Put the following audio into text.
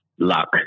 luck